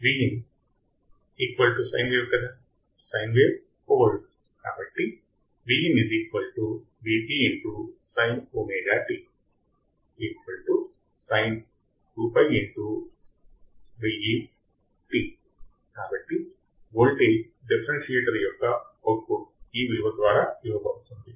Vin sine wave కదా sine wave 1 volt కాబట్టి కాబట్టి వోల్టేజ్ డిఫరెన్సియేటర్ యొక్క అవుట్పుట్ ఈ విలువ ద్వారా ఇవ్వబడుతుంది